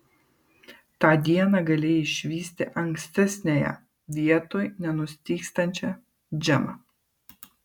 tą dieną galėjai išvysti ankstesniąją vietoj nenustygstančią džemą